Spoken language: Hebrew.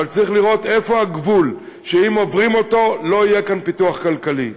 אבל צריך לראות איפה הגבול שאם עוברים אותו לא יהיה כאן פיתוח כלכלי.